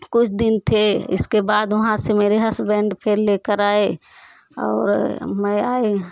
कुछ दिन थे इसके बाद वहाँ से मेरे हस्बैंड फिर लेकर आए और मैं आई